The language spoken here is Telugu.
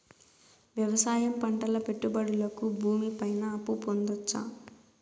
వ్యవసాయం పంటల పెట్టుబడులు కి భూమి పైన అప్పు పొందొచ్చా?